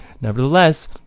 nevertheless